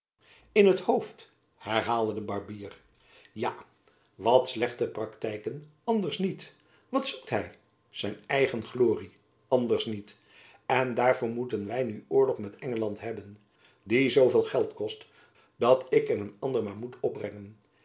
in het hoofd herhaalde de barbier ja wat slechte praktijken anders niet wat zoekt hy zijn eigen glorie anders niet en daarvoor moeten wy nu oorlog met engeland hebben die zoo veel geld kost dat ik en een ander maar moet opbrengen